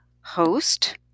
host